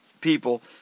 people